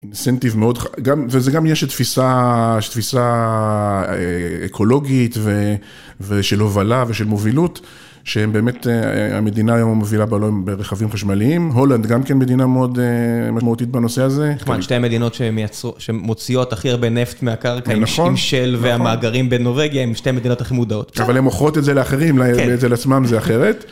אינסנטיב מאוד, וזה גם יש תפיסה, יש תפיסה אקולוגית ושל הובלה ושל מובילות, שהם באמת, המדינה היום המובילה ברכבים חשמליים, הולנד גם כן מדינה מאוד משמעותית בנושא הזה. כמובן שתי מדינות שמוציאות הכי הרבה נפט מהקרקע עם Shell והמאגרים בנורווגיה, הן שתי המדינות הכי מודעות. אבל הן מוכרות את זה לאחרים, לעצמם זה אחרת.